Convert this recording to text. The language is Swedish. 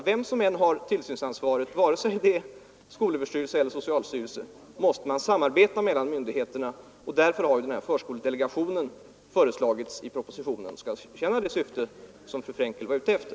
Vem som än har tillsynsansvaret, vare sig det är skolöverstyrelsen eller socialstyrelsen, måste myndigheterna samarbeta. Därför har förskoledelegationen föreslagits i propositionen. Den skulle alltså tjäna det syfte som fru Fre&nkel efterlyser.